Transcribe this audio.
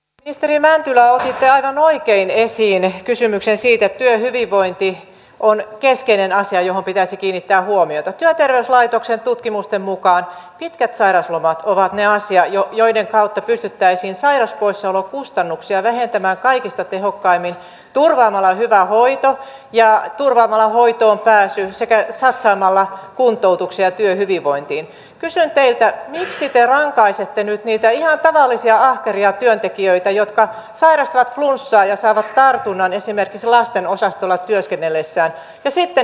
esteri mäntylä otitte aivan oikein esiin kysymyksen siitä työhyvinvointi on keskeinen asia johon pitäisi kiinnittää huomiota työterveyslaitoksen tutkimusten mukaan pitkät sairaslomat ovat ne asiat joiden kautta pystyttäisiin sairauspoissaolokustannuksia vähentämään kaikista tehokkaimmin turvaamalla hyvä hoito ja turvaamalla hoitoon pääsy sekä satsaamalla kuntoutukseentyöhyvinvointiin selkeitä siteeraa tai sitten niitä ihan tavallisia ahkeria työntekijöitä jotka säestää flunssaa ja saavat tartunnan esimerkiksi lasten osastolla työskennellessään ja sitten